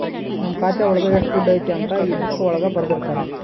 ನಮ್ ಖಾತೆ ಒಳಗ ಎಷ್ಟ್ ದುಡ್ಡು ಐತಿ ಅಂತ ಈ ಬುಕ್ಕಾ ಒಳಗ ಬರ್ದಿರ್ತರ